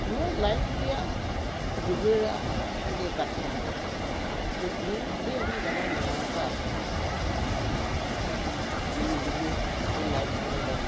ᱤᱧᱟᱹᱜ ᱞᱟᱹᱭᱤᱯᱷ ᱨᱮᱭᱟᱜ ᱜᱤᱫᱽᱨᱟᱹ ᱨᱮᱭᱟᱜ ᱡᱮ ᱠᱟᱛᱷᱟ ᱡᱮ ᱛᱮᱦᱮᱧ ᱟᱹᱰᱤ ᱟᱹᱰᱤ ᱡᱟᱭᱜᱟᱧ ᱫᱟᱬᱟ ᱟᱠᱟᱫᱟ ᱫᱟᱬᱟ ᱫᱚ ᱵᱟᱝ ᱫᱚ ᱵᱟᱝ ᱛᱮᱦᱮᱧ ᱜᱤᱫᱽᱨᱟᱹ ᱥᱠᱩᱞ ᱞᱟᱭᱤᱯᱷ ᱥᱚᱢᱚᱭ ᱨᱮ